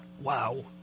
Wow